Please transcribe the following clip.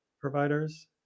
providers